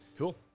cool